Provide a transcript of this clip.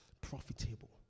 Profitable